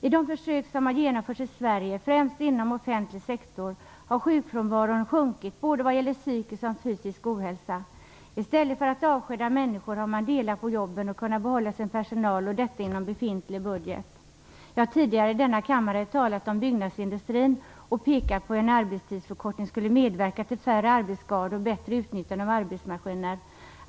I de försök som har genomförts i Sverige, främst inom offentlig sektor, har sjukfrånvaron sjunkit vad gäller såväl psykisk som fysisk ohälsa. I stället för att avskeda människor har man delat på jobben och kunnat behålla sin personal, och detta inom befintlig budget. Jag har tidigare i denna kammare talat om byggnadsindustrin och pekat på hur en arbetstidsförkortning skulle medverka till färre arbetsskador och bättre utnyttjande av arbetsmaskiner.